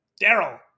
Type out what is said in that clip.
Daryl